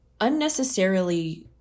unnecessarily